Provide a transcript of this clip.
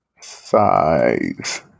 size